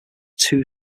too